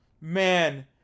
man